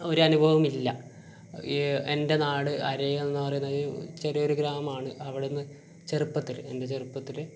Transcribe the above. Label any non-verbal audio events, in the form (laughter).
ഒരനുഭവമില്ല എൻ്റെ നാട് (unintelligible) പറയുന്നത് ചെറിയൊരു ഗ്രാമമാണ് അവിടുന്ന് ചെറുപ്പത്തിൽ എൻ്റെ ചെറുപ്പത്തിൽ